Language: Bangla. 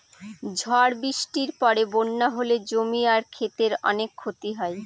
ঝড় বৃষ্টির পরে বন্যা হলে জমি আর ক্ষেতের অনেক ক্ষতি হয়